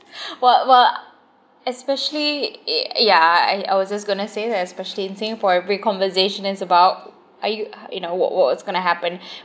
well well especially y~ yeah I I was just gonna say that especially in singapore every conversation is about are you you know what what what's going to happen